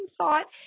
thought